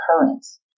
occurrence